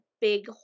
big